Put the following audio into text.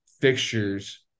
fixtures